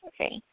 Okay